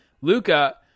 Luca